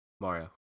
mario